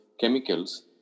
chemicals